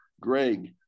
Greg